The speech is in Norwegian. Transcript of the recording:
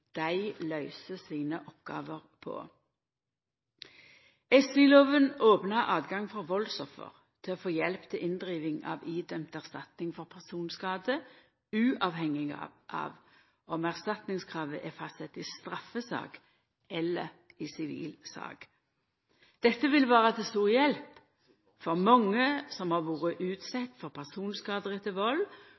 dei løyser oppgåvene sine på. SI-lova opnar for høve for valdsoffer til å få hjelp til inndriving av idømd erstatning for personskade, uavhengig av om erstatningskravet er fastsett i straffesak eller i sivil sak. Dette vil vera til stor hjelp for mange som har vore utsette for personskadar etter vald,